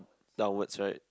downwards right